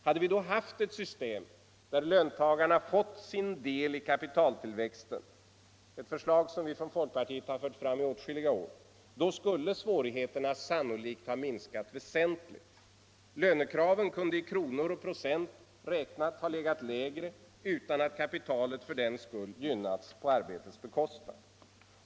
Hade vi då haft ett system för att ge löntagarna deras del i kapitaltillväxten — ett förslag som folkpartiet framfört i åtskilliga år — skulle svårigheterna sannolikt ha minskat väsentligt. Lönekraven kunde i kronor och procent räknat ha legat lägre utan att kapitalet för den skull gynnats på arbetets bekostnad.